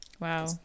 wow